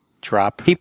Drop